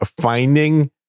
finding